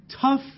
Tough